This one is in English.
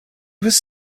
was